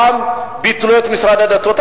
פעם ביטלו את משרד הדתות.